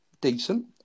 decent